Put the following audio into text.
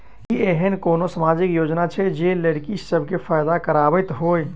की एहेन कोनो सामाजिक योजना छै जे लड़की सब केँ फैदा कराबैत होइ?